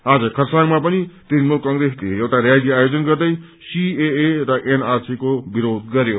आज खरसाङमा पनि तृणमूल क्रेसले एउटा र्याली आयोजन गर्दै सीएए र अनआरसी को विरोध गरयो